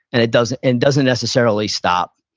and it doesn't and doesn't necessarily stop,